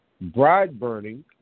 bride-burning